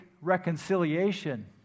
reconciliation